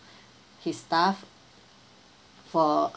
his staff for